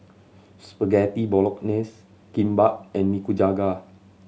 Spaghetti Bolognese Kimbap and Nikujaga